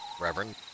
Reverend